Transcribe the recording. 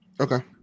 Okay